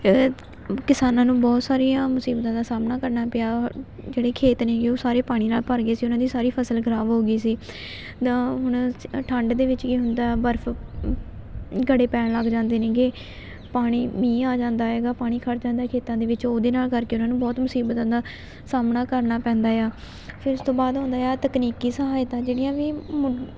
ਕਿਸਾਨਾਂ ਨੂੰ ਬਹੁਤ ਸਾਰੀਆਂ ਮੁਸੀਬਤਾਂ ਦਾ ਸਾਹਮਣਾ ਕਰਨਾ ਪਿਆ ਜਿਹੜੇ ਖੇਤ ਨੇ ਗੇ ਉਹ ਸਾਰੇ ਪਾਣੀ ਨਾਲ ਭਰ ਗਏ ਸੀ ਉਹਨਾਂ ਦੀ ਸਾਰੀ ਫਸਲ ਖਰਾਬ ਹੋ ਗਈ ਸੀ ਦਾ ਹੁਣ ਠੰਡ ਦੇ ਵਿੱਚ ਕੀ ਹੁੰਦਾ ਬਰਫ ਗੜੇ ਪੈਣ ਲੱਗ ਜਾਂਦੇ ਨੇ ਗੇ ਪਾਣੀ ਮੀਂਹ ਆ ਜਾਂਦਾ ਹੈਗਾ ਪਾਣੀ ਖੜ੍ਹ ਜਾਂਦਾ ਖੇਤਾਂ ਦੇ ਵਿੱਚ ਉਹਦੇ ਨਾਲ ਕਰਕੇ ਉਹਨਾਂ ਨੂੰ ਬਹੁਤ ਮੁਸੀਬਤਾਂ ਦਾ ਸਾਹਮਣਾ ਕਰਨਾ ਪੈਂਦਾ ਆ ਫਿਰ ਉਸ ਤੋਂ ਬਾਅਦ ਆਉਂਦਾ ਆ ਤਕਨੀਕੀ ਸਹਾਇਤਾ ਜਿਹੜੀਆਂ ਵੀ ਮੁੰ